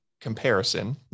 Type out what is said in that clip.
comparison